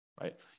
right